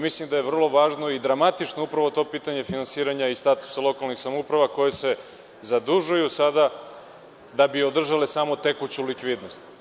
Mislim da je vrlo važno i dramatično to pitanje finansiranja i statusa lokalnih samouprava koje se zadužuju da bi održale samotekuću likvidnost.